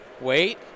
Wait